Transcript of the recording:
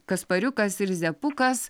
kaspariukas ir zepukas